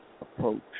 approach